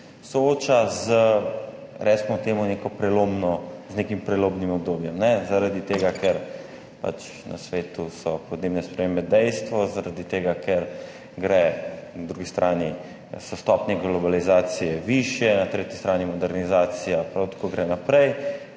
sooča z, recimo temu, neko prelomno, z nekim prelomnim obdobjem, ne zaradi tega, ker pač na svetu so podnebne spremembe dejstvo, zaradi tega, ker gre, na drugi strani so stopnje globalizacije višje, na tretji strani modernizacija prav tako gre naprej